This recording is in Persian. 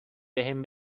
بهم